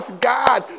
God